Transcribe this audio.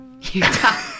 Utah